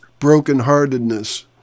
brokenheartedness